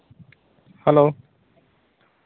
hello